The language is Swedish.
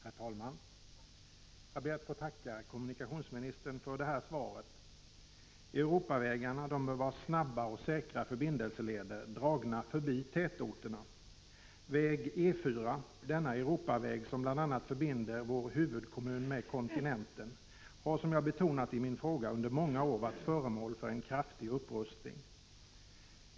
Herr talman! Jag ber att få tacka kommunikationsministern för svaret. Europavägarna bör vara snabba och säkra förbindelseleder, dragna förbi tätorterna. Väg E 4, denna Europaväg som bl.a. förbinder vår huvudkommun med kontinenten, har, som jag betonat i min fråga, under många år varit föremål för en kraftig upprustning.